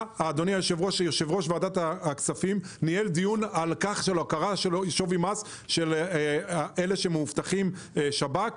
יו"ר ועדת הכספים ניהל דיון על הכרה בשווי מס של אלה שמאובטחים עם שב"כ,